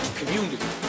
community